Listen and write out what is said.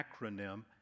acronym